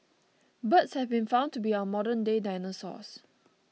birds have been found to be our modernday dinosaurs